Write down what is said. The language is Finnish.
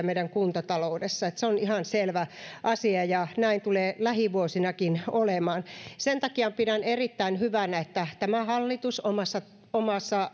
kuntataloudessa se on ihan selvä asia ja näin tulee lähivuosinakin olemaan sen takia pidän erittäin hyvänä että tämä hallitus omassa omassa